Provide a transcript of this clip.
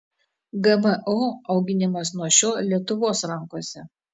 gmo auginimas nuo šiol lietuvos rankose